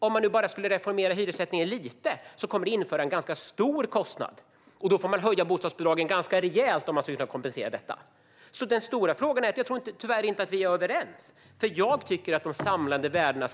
Om man bara skulle reformera hyressättningen lite skulle det medföra en ganska stor kostnad, och då får man höja bostadsbidragen ganska rejält för att kunna kompensera detta. Jag tror tyvärr inte att vi är överens.